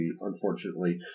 unfortunately